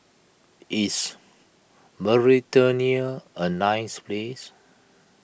is Mauritania a nice place